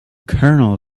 colonel